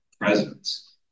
presence